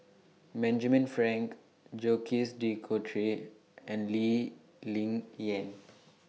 Benjamin Frank Jacques De Coutre and Lee Ling Yen